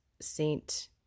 Saint